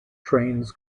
trains